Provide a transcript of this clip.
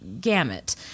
gamut